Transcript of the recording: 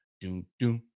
do-do